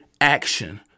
action